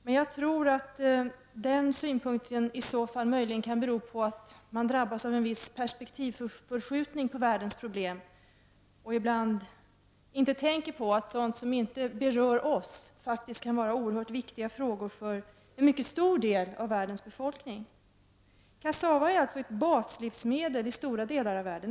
Men jag tror att den synpunkten i så fall möjligen kan bero på att man drabbas av en viss perspektivförskjutning när det gäller världens problem och ibland inte tänker på att sådant som inte berör oss i Sverige faktiskt kan vara oerhört viktigt för en mycket stor del av världens befolkning. Kassava är alltså ett baslivsmedel i stora delar av världen.